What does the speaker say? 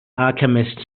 alchemist